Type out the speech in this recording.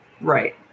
Right